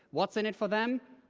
what's in it for them,